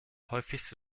häufigste